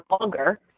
longer